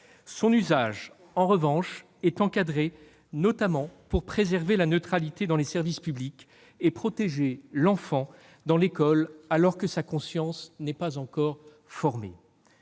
Son usage, en revanche, est encadré, notamment pour préserver la neutralité dans les services publics et protéger l'enfant dans l'école alors que sa conscience n'est pas encore formée.